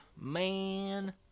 Man